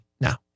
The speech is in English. now